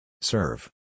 Serve